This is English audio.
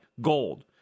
gold